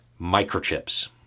microchips